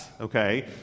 okay